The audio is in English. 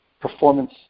performance